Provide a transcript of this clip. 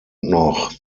noch